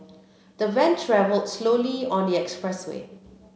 the van travelled slowly on the expressway